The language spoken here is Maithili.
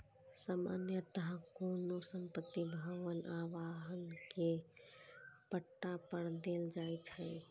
सामान्यतः कोनो संपत्ति, भवन आ वाहन कें पट्टा पर देल जाइ छै